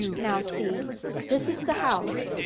now see this is the house.